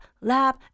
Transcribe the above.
lab